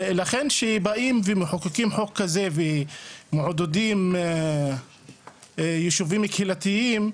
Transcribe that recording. ולכן כשבאים ומחוקקים חוק כזה ומעודדים יישובים קהילתיים,